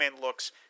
looks